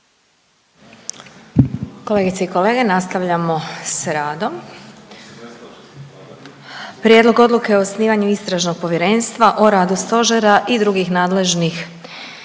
U pripremi za raspravu o ovom prijedlogu odluke o osnivanju istražnog povjerenstva o radu stožera i drugih nadležnih